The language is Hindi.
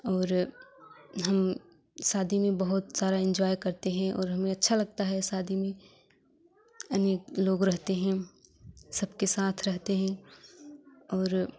और हम शादी में बहुत सारा एन्जॉय करते हैं और हमें अच्छा लगता है शादी में अनेक लोग रहते हैं सबके साथ रहते हैं और